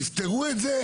תפתרו את זה.